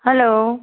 hello